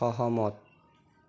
সহমত